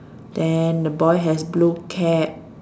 then the boy has blue cap